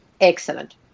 Excellent